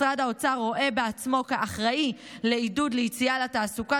משרד האוצר רואה בעצמו אחראי לעידוד ליציאה לתעסוקה,